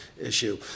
issue